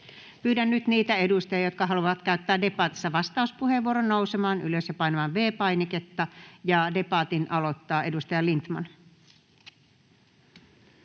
Pyydän nyt niitä edustajia, jotka haluavat käyttää debatissa vastauspuheenvuoron, nousemaan ylös ja painamaan V-painiketta. — Debatin aloittaa edustaja Lindtman.